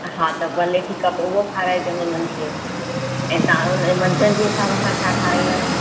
हा त भले ठीकु आहे पोइ उहो खाराइंजोनि इन्हनि खे ऐं तव्हां उव मंझंदि जे हिसाब सां छा ठहाराईंदव